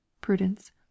Prudence